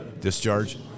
discharge